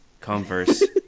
converse